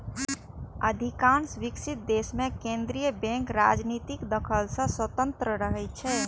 अधिकांश विकसित देश मे केंद्रीय बैंक राजनीतिक दखल सं स्वतंत्र रहै छै